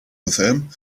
within